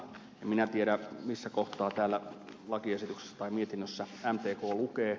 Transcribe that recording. en minä tiedä missä kohtaa täällä lakiesityksessä tai mietinnössä mtk lukee